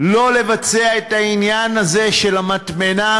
לא לבצע את העניין הזה של המטמנה,